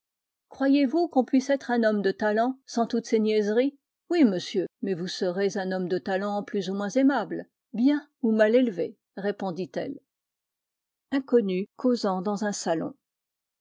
croyez-vous qu'on puisse être homme de talent sans toutes ces niaiseries oui monsieur mais vous serez un homme de talent plus ou moins aimable bien ou mal élevé répondit-elle inconnus causant dans un salon